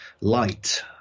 light